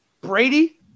Brady